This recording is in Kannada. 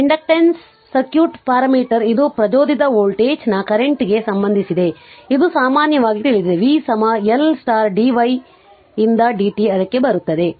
ಇಂಡಕ್ಟನ್ಸ್ನ ಸರ್ಕ್ಯೂಟ್ ಪ್ಯಾರಾಮೀಟರ್ ಇದು ಪ್ರಚೋದಿತ ವೋಲ್ಟೇಜ್ನ ಕರೆಂಟ್ಗೆ ಸಂಬಂಧಿಸಿದೆ ಇದು ಸಾಮಾನ್ಯವಾಗಿ ತಿಳಿದಿದೆ v L dy ರಿಂದ dt ಅದಕ್ಕೆ ಬರುತ್ತದೆ